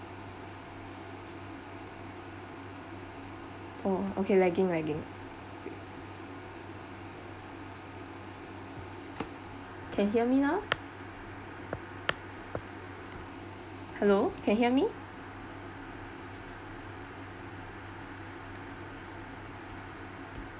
oh okay lagging lagging can hear me know hello can hear me